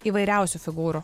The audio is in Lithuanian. įvairiausių figūrų